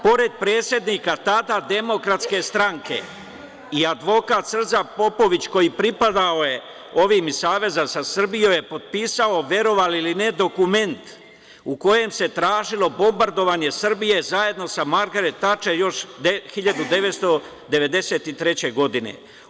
Pored predsednika tada DS i advokat Srđa Popović, koji je pripadao ovima iz Saveza za Srbiju, je potpisao, verovali ili ne, dokument u kojem se tražilo bombardovanje Srbije zajedno sa Margaret Tačer još 1993. godine.